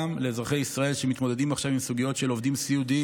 שגם לאזרחי ישראל שמתמודדים עכשיו עם סוגיות של עובדי סיעוד,